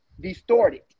Distorted